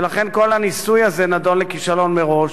ולכן כל הניסוי הזה נידון לכישלון מראש.